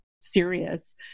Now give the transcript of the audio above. serious